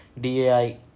DAI